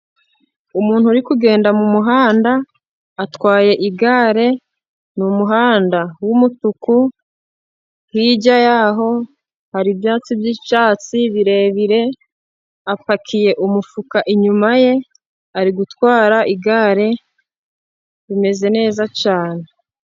Umuntu uri kugenda mu muhanda, atwaye igare, ni umuhanda w'umutuku, hirya yaho hari ibyatsi by'icyatsi birebire, apakiye umufuka inyuma ye, ari gutwara igare, bimeze neza cyane,..